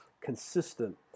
consistent